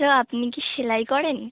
hello আপনি কি সেলাই করেন